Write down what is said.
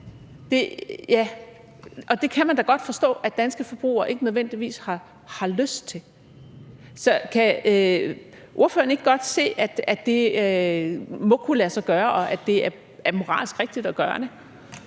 Og det kan man da godt forstå at danske forbrugere ikke nødvendigvis har lyst til. Så kan ordføreren ikke godt se, at det må kunne lade sig gøre, og at det er moralsk rigtigt at gøre det?